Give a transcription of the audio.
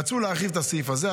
רצו להרחיב את הסעיף הזה,